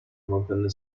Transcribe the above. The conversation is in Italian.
mantenne